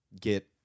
get